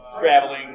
Traveling